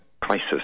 crisis